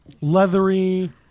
leathery